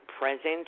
presence